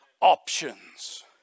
options